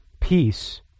peace